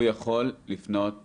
הוא יכול לפנות היום,